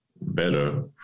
better